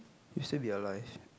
we'll still be alive